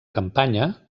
campanya